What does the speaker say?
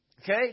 Okay